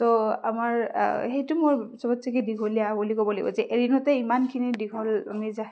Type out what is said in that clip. তহ আমাৰ সেইটো মই চবতচে কি দীঘলীয়া বুলি ক'ব লাগিব যে এদিনতে আমি ইমানখিনি দীঘল আমি